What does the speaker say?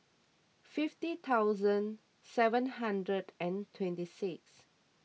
fifty thousand seven hundred and twenty six